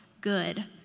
good